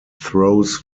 throws